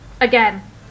again